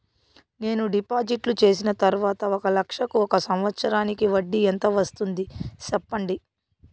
నేను డిపాజిట్లు చేసిన తర్వాత ఒక లక్ష కు ఒక సంవత్సరానికి వడ్డీ ఎంత వస్తుంది? సెప్పండి?